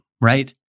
right